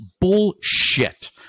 bullshit